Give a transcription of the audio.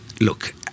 Look